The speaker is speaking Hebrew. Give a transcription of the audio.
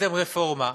עשיתם רפורמה,